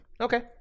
Okay